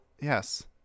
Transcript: Yes